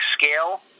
scale